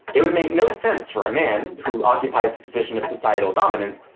it would make no sense for a man, who occupies the position of societal dominance,